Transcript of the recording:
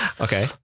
okay